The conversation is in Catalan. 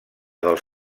dels